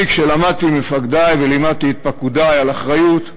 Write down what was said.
אני, כשלמדתי ממפקדי ולימדתי את פקודי על אחריות,